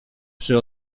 przy